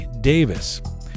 Davis